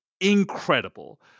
incredible